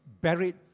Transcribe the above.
buried